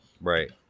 right